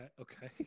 Okay